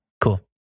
Cool